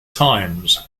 times